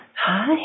Hi